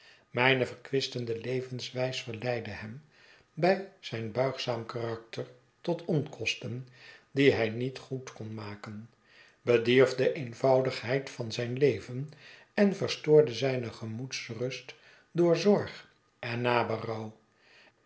mijne verkwistende levenswijs verleidde hem bij zijn buigzaam karakter tot onkosten die hij niet goed kon maken bedierf de eenvoudigheid van zijn leven en verstoorde zijne gemoedsrust door zorg en naberouw